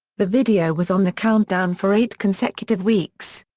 the video was on the countdown for eight consecutive weeks.